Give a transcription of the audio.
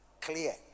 Clear